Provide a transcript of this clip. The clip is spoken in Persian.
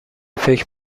فکر